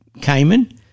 Cayman